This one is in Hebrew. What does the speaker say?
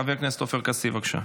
חבר הכנסת עופר כסיף, בבקשה.